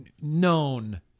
known